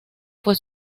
fue